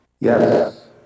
Yes